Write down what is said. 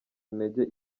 intege